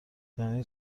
یعنی